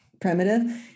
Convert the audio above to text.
primitive